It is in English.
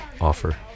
offer